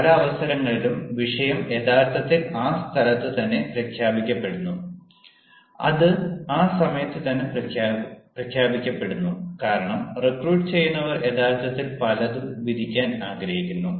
പല അവസരങ്ങളിലും വിഷയം യഥാർത്ഥത്തിൽ ആ സ്ഥലത്തുതന്നെ പ്രഖ്യാപിക്കപ്പെടുന്നു അത് ആ സമയത്തു തന്നെ പ്രഖ്യാപിക്കപ്പെടുന്നു കാരണം റിക്രൂട്ട് ചെയ്യുന്നവർ യഥാർത്ഥത്തിൽ പലതും വിധിക്കാൻ ആഗ്രഹിക്കുന്നു